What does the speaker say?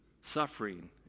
suffering